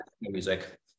music